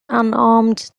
unnamed